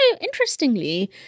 interestingly